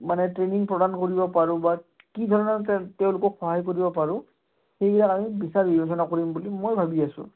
মানে ট্ৰেইনিং প্ৰদান কৰিব পাৰোঁ বা কি ধৰণৰ তেওঁলোকক সহায় কৰিব পাৰোঁ সেইবিলাক আমি বিচাৰ বিবেচনা কৰিম বুলি মই ভাবি আছোঁ